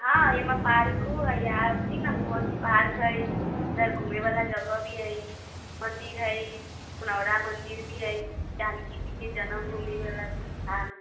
हँ एहिमे पार्को हइ आबथिन ने इधर एगो पार्क हइ इधर घुमै बला जगह भी हइ मन्दिर हइ पुनौरा मन्दिर भी हइ जानकी जीकेण जन्मभूमि बला स्थान